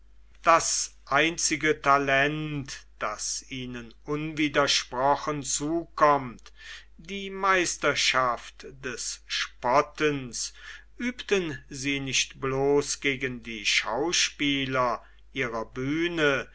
das einzige talent das ihnen unwidersprochen zukommt die meisterschaft des spottens übten sie nicht bloß gegen die schauspieler ihrer bühne